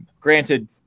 granted